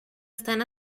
están